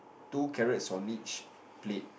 two carrots on each plate